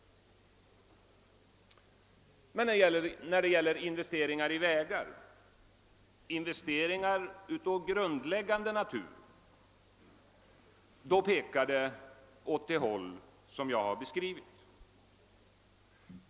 Men när det gäller investeringar i vägar — investeringar av grundläggande natur — pekar utvecklingen åt det håll som jag har angivit.